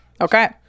okay